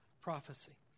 prophecy